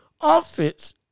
offense